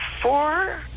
four